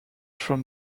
from